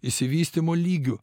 išsivystymo lygiu